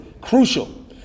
crucial